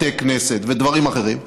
בתי כנסת ודברים אחרים,